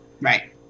Right